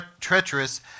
treacherous